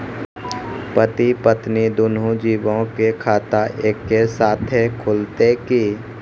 पति पत्नी दुनहु जीबो के खाता एक्के साथै खुलते की?